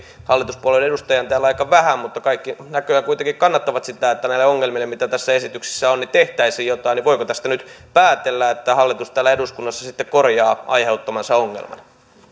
hallituspuolueiden edustajia on täällä aika vähän näköjään kuitenkin kannattavat sitä että näille ongelmille mitä tässä esityksessä on tehtäisiin jotain joten voiko tästä nyt päätellä että hallitus täällä eduskunnassa sitten korjaa aiheuttamansa ongelmat